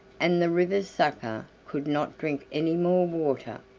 and the river-sucker could not drink any more water.